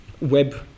web